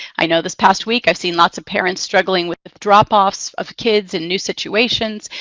i know this past week, i've seen lots of parents struggling with the drop-offs of kids in new situations.